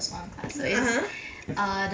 (uh huh)